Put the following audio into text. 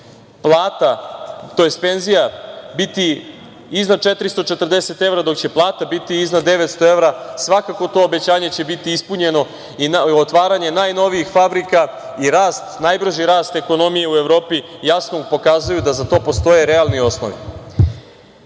2025. godine penzija biti iznad 440 evra, dok će plata biti iznad 900 evra. Svakako to obećanje će biti ispunjeno i otvaranje najnovijih fabrika i najbrži rast ekonomije u Evropi jasno pokazuje da za to postoje realni osnovi. Što